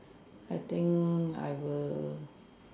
I think I will